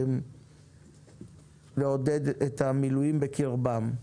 לעודד את המילואים בקירבם.